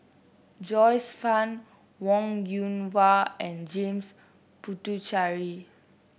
Joyce Fan Wong Yoon Wah and James Puthucheary